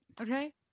Okay